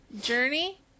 Journey